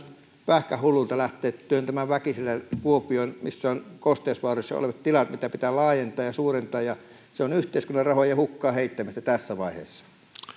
pähkähullulta lähteä työntämään sitä väkisellä kuopioon missä on kosteusvaurioissa olevat tilat joita pitää laajentaa ja suurentaa se on yhteiskunnan rahojen hukkaan heittämistä tässä vaiheessa